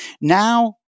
now